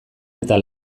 eta